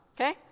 okay